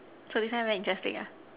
so this one very interesting ah